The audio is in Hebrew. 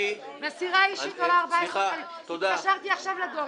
מסירה אישית עולה 14 שקלים התקשרתי עכשיו לדואר,